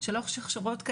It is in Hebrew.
ואני מקווה שגם חברותיי,